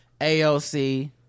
AOC